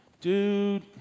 Dude